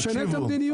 תשנה את המדיניות,